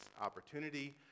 opportunity